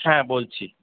হ্যাঁ বলছি